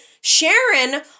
Sharon